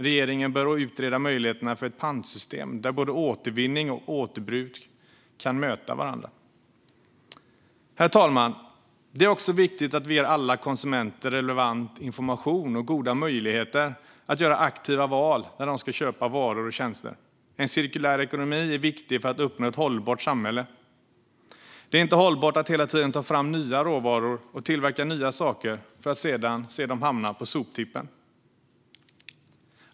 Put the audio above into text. Regeringen bör utreda möjligheterna för ett pantsystem där både återvinning och återbruk kan möta varandra. Herr talman! Det är också viktigt att vi ger alla konsumenter relevant information och goda möjligheter att göra aktiva val när de ska köpa varor och tjänster. En cirkulär ekonomi är viktig för att uppnå ett hållbart samhälle. Det är inte hållbart att hela tiden ta fram nya råvaror och tillverka nya saker för att sedan se dem hamna på soptippen.